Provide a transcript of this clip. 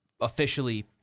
officially